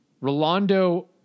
Rolando